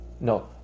no